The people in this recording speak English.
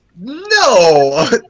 No